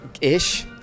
ish